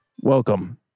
welcome